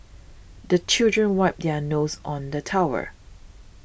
the children wipe their noses on the towel